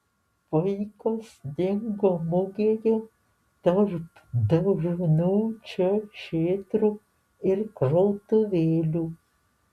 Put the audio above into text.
vaikas dingo mugėje tarp dažnų čia šėtrų ir krautuvėlių